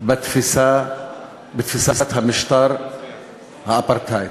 בתפיסת משטר האפרטהייד,